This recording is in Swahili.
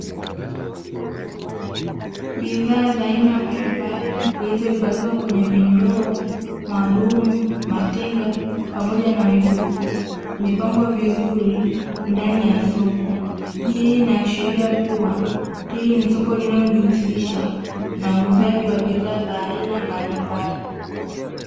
Bidhaa za aina mbalimbali, zilizohifadhiwa kwenye vindoo, madumu, matenga pamoja na mifuko, imepangwa vizuri ndani ya soko, hii inaashiria kuwa, hili ni soko linalojihusisha na uuzaji wa bidhaa za aina mbalimbali.